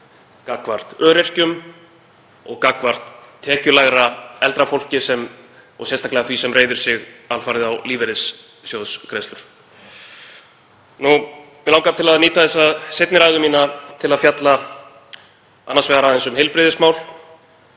gagnvart öryrkjum og gagnvart tekjulægra eldra fólki og sérstaklega því sem reiðir sig alfarið á lífeyrissjóðsgreiðslur. Mig langar til að nýta þessa seinni ræðu mína til að fjalla annars vegar aðeins um heilbrigðismál